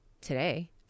Today